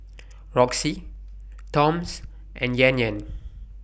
Roxy Toms and Yan Yan